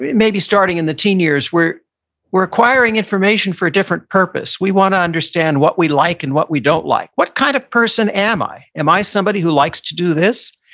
maybe starting in the teen years, we're we're acquiring information for a different purpose. we want to understand what we like and what we don't like. what kind of person am i? am i somebody who likes to do this?